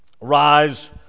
rise